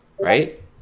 Right